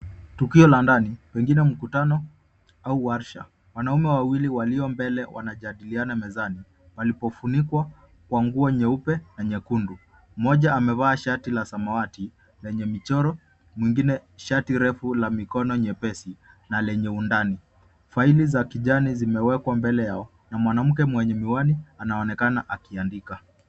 Tukio la ndani pengine mkutano au warsha. Wanaume wawili walio mbele wanajadiliana mezani palipofunikwa kwa nguo nyeupe na nyekundu. Mmoja amevaa shati la samawati lenye michoro, mwingine shati refu la mikono nyepesi na lenye undani. Faili za kijani zimewekwa mbele yao na mwanamke mwenye miwani anaonekana akiandika.